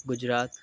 Gujarat